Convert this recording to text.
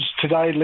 today